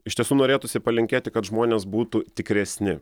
iš tiesų norėtųsi palinkėti kad žmonės būtų tikresni